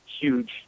huge